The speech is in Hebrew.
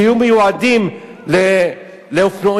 שיהיו מיועדים לאופנועים,